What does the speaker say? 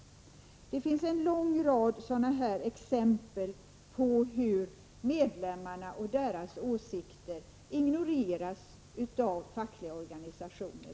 Det finns en lång rad sådana här exempel på hur medlemmarnas åsikter ignoreras av fackliga organisationer.